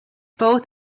both